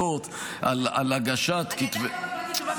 שההחלטות על הגשת כתבי אישום -- עדיין לא קיבלתי ממך תשובה מי מחליט.